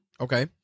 Okay